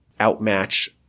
outmatch